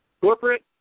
corporate